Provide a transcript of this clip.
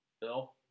Bill